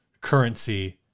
currency